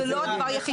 וזה לא הדבר היחיד.